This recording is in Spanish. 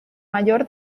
mayor